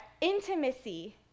intimacy